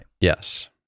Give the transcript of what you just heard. Yes